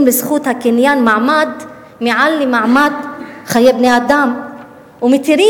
לזכות הקניין מעמד מעל למעמד חיי בני-אדם ומתירים